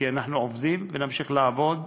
כי אנחנו עובדים ונמשיך לעבוד,